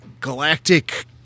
galactic